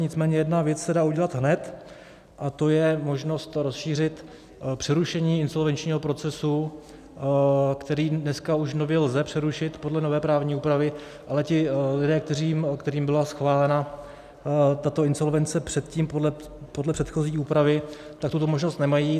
Nicméně jedna věc se dá udělat hned, a to je možnost rozšířit přerušení insolvenčního procesu, který dneska už nově lze přerušit podle nové právní úpravy, ale ti lidé, kterým byla schválena tato insolvence předtím podle předchozí úpravy, tuto možnost nemají.